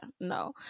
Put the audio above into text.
no